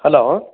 hello